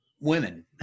women